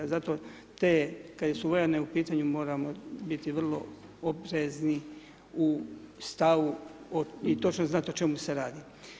Zato, te kad su vojarne u pitanju, moramo biti vrlo opsežni u stavu i točno znati o čemu se radi.